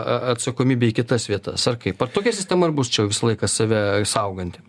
atsakomybę į kitas vietas ar kaip ar tokia sistema ir bus čia visą laiką save sauganti